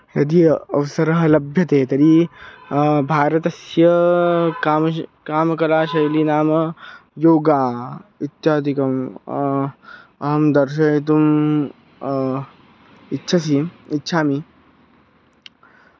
यदि अवसरः लभ्यते तर्हि भारतस्य कामशः कामकलाशैली नाम योगः इत्यादिकम् अहं दर्शयितुम् इच्छसि इच्छामि